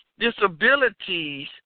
Disabilities